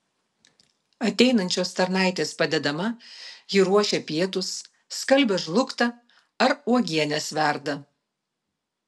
ateinančios tarnaitės padedama ji ruošia pietus skalbia žlugtą ar uogienes verda